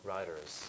Riders